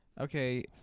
Okay